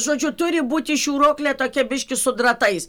žodžiu turi būti šiūroklė tokia biškį su dratais